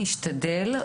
נשתדל,